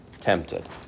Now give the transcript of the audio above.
tempted